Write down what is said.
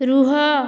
ରୁହ